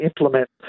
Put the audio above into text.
implement